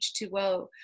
H2O